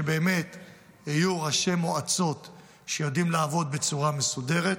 שאני מציע לכם שיהיו ראשי מועצות שיודעים לעבוד בצורה מסודרת,